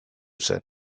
zen